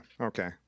okay